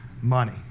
money